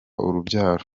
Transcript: urubyaro